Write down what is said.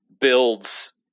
builds